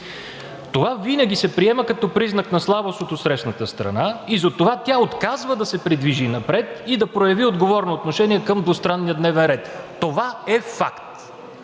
Това винаги се приема като признак на слабост от отсрещната страна и затова тя отказва да се придвижи напред и да прояви отговорно отношение към двустранния дневен ред. Това е факт.